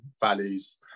values